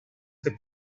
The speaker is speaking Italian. che